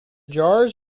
jars